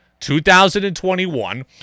2021